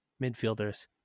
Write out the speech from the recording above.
midfielders